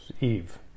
Eve